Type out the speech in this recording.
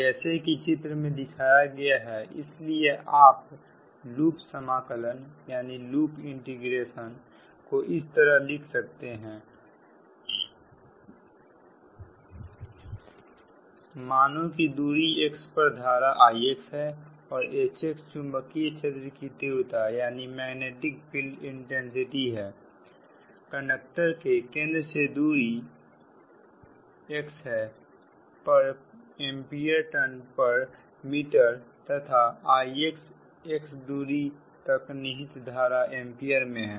जैसा की चित्र 1 में दिखाया गया हैइसलिए आप लूप समाकलन को इस तरह लिख सकते हैं HxdlIx मानो की दूरी x पर धारा Ix है और Hxचुंबकीय क्षेत्र की तीव्रता हैकंडक्टर के केंद्र से x दूरी पर एंपीयर टर्न प्रति मीटरतथा Ixx दूरी तक निहित धारा एंपियर में है